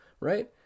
right